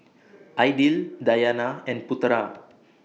Aidil Dayana and Putera